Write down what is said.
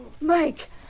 Mike